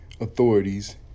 authorities